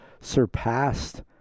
surpassed